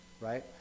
Right